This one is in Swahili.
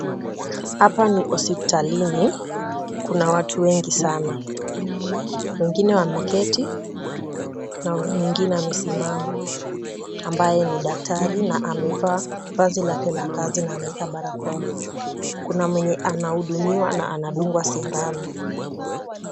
Hapa ni hospitalini kuna watu wengi sana. Wengine wameketi na mwingine amesimama ambaye ni daktari na amevaa vazi lake la kazi na ameweka barakoa. Kuna mwenye anahudumiwa na anadungwa sindano.